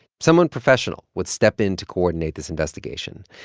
someone professional would step in to coordinate this investigation.